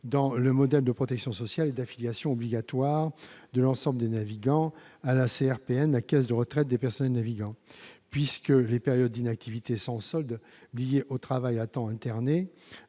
dans le modèle de protection sociale et d'affiliation obligatoire de l'ensemble des navigants à la caisse de retraite des personnels navigants, ou CRPN, puisque les périodes d'inactivité sans solde liées au travail à temps alterné